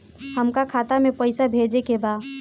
हमका खाता में पइसा भेजे के बा